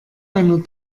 einer